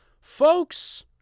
folks